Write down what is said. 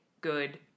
good